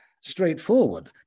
straightforward